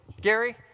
Gary